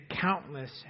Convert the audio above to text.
countless